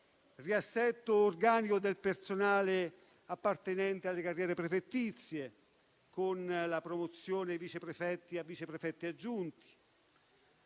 riassetto organico del personale appartenente alle carriere prefettizie, con la promozione dei vice prefetti a vice prefetti aggiunti;